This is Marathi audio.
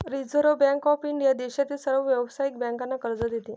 रिझर्व्ह बँक ऑफ इंडिया देशातील सर्व व्यावसायिक बँकांना कर्ज देते